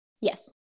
Yes